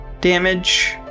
damage